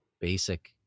basic